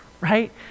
right